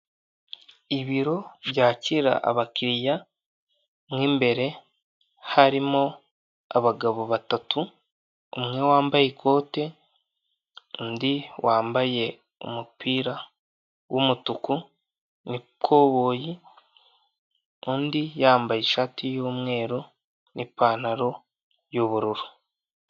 Ibiro byakira abakiriya, mo imbere harimo abagabo batatu, umwe wambaye ikote, undi wambaye umupira w'umutuku n'ikoboyi, undi yambaye ishati y'umweru n'ipantaro y'ubururu.